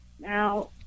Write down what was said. now